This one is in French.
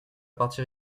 partir